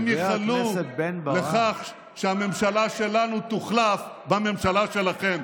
לא בכדי הם ייחלו לכך שהממשלה שלנו תוחלף בממשלה שלכם.